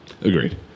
Agreed